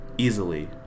Easily